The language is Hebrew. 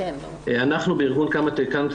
אנחנו בארגון קמאטק,